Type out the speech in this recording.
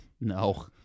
No